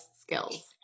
skills